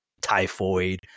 Typhoid